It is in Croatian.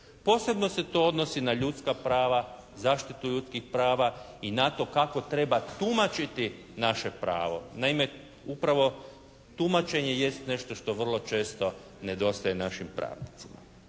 Posebno se to odnosi na ljudska prava, zaštitu ljudskih prava i na to kako treba tumačiti naše pravo. Naime, upravo tumačenje jest nešto što vrlo često nedostaje našim pravnicima.